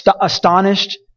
astonished